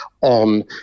on